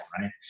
right